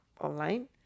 online